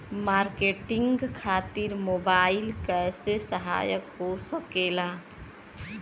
Marketing खातिर mobile कइसे सहायक हो सकेला?